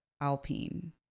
Alpine